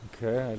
Okay